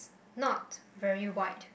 not very wide